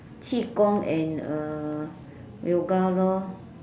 qi gong and uh yoga lor